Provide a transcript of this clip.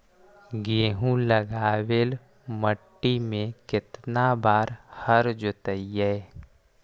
गेहूं लगावेल मट्टी में केतना बार हर जोतिइयै?